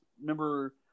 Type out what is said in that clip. Remember